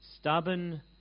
stubborn